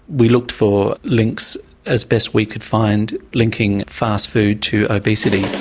we looked for links as best we could find linking fast food to obesity.